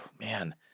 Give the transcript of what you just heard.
Man